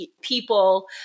people